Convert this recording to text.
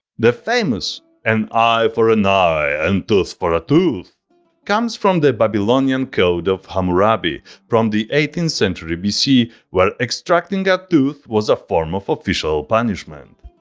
the famous an eye for an eye and tooth for a tooth comes from the babylonian code of hammurabi from the eighteenth century bc where extracting a tooth was a form of official punishment.